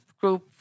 group